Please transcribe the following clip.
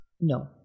no